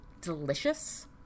delicious